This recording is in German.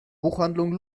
buchhandlung